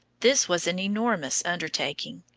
this was an enormous undertaking.